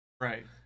right